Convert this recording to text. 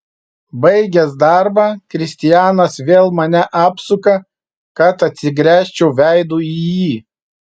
baigęs darbą kristianas vėl mane apsuka kad atsigręžčiau veidu į jį